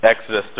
Exodus